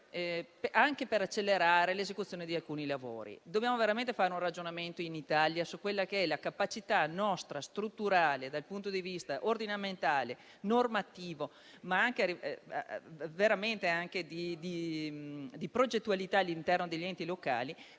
anche per accelerare l'esecuzione di alcuni lavori. Dobbiamo veramente fare un ragionamento, in Italia, su quella che è la nostra capacità strutturale, dal punto di vista ordinamentale, normativo, ma anche di progettualità all'interno degli enti locali.